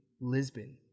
lisbon